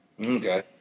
Okay